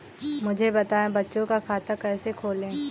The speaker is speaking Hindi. मुझे बताएँ बच्चों का खाता कैसे खोलें?